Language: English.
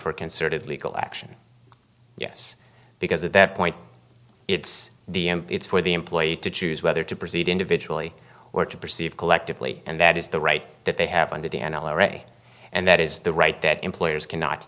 for a concerted legal action yes because at that point it's the it's for the employee to choose whether to proceed individually or to perceive collectively and that is the right that they have under the n r a and that is the right that employers cannot